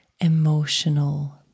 emotional